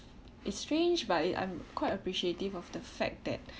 it's strange but it I'm quite appreciative of the fact that